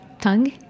tongue